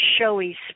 showy